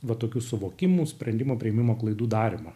va tokių suvokimų sprendimų priėmimo klaidų darymo